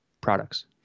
products